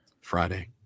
Friday